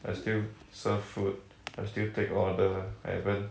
I still serve food I still take order I even